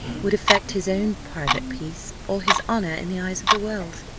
would affect his own private peace, or his honour in the eyes of the world.